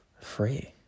free